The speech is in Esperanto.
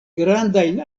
grandajn